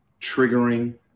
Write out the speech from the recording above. triggering